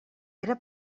era